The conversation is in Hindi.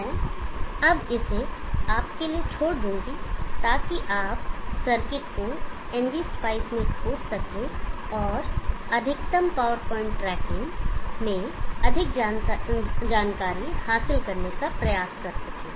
मैं अब इसे आपके लिए छोड़ दूंगा ताकि आप सर्किट को ngspice में खोज सकें और अधिकतम पावर पॉइंट ट्रैकिंग में अधिक जानकारी हासिल करने का प्रयास कर सकें